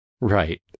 Right